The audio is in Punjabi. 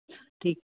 ਠੀਕ